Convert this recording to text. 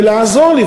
זה לעזור לי,